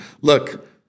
look